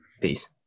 Peace